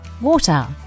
water